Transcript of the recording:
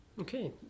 Okay